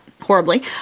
horribly